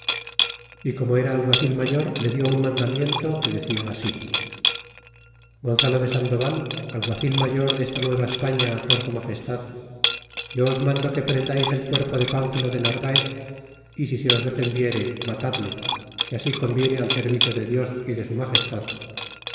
y como era alguacil mayor le di un mandamiento que decia así gonzalo de sandoval alguacil mayor desta vueva españa por su magestad yo os mando que prendais el cuerpo de piinphilo de narvaez siso os defendiere matadle que así conviene al servicio de dios y de su ma